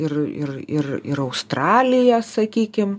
ir ir ir australija sakykim